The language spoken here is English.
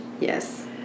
Yes